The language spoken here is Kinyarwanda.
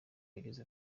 yagize